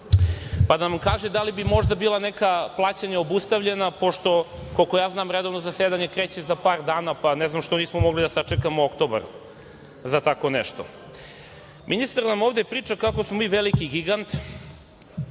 Neka nam kaže da li bi možda neka plaćanja bila obustavljena pošto, koliko ja znam, redovno zasedanje kreće za par dana, pa ne znam što nismo mogli da sačekamo oktobar za tako nešto. Ministar nam ovde priča kako smo mi veliki gigant.